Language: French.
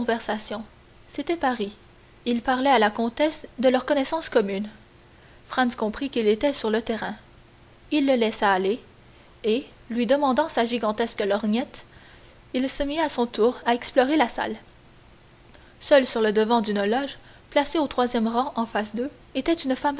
c'était paris il parlait à la comtesse de leurs connaissances communes franz comprit qu'il était sur le terrain il le laissa aller et lui demandant sa gigantesque lorgnette il se mit à son tour à explorer la salle seule sur le devant d'une loge placée au troisième rang en face d'eux était une femme